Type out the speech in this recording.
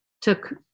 took